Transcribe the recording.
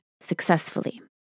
successfully